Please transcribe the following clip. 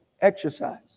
exercise